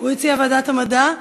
הוא הציע ועדת המדע.